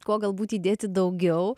ko galbūt įdėti daugiau